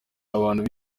abantu